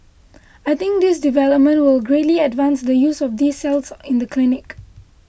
I think this development will greatly advance the use of these cells in the clinic